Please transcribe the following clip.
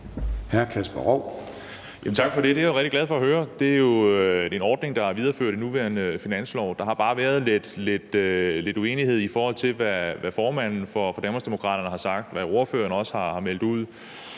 Tak for det. Det er jeg rigtig glad for at høre. Det er jo en ordning, der er videreført i den nuværende finanslov. Der har bare været lidt uenighed mellem, hvad formanden for Danmarksdemokraterne har sagt, og hvad ordføreren har meldt ud,